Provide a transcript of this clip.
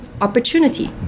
opportunity